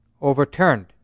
overturned